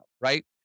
right